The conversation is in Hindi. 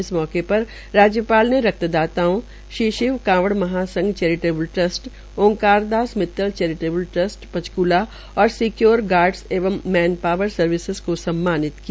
इस अवसर पर राज्यपाल ने रक्तदाताओं Shri Shiv Kanwar Mahasangh charitable trust Omkar Das Mittal charitable trust Panchkula और स्क्योर गार्डस एवं मैन पावर सर्विसस को सम्मानित किया